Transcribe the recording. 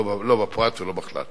לא בפרט ולא בכלל.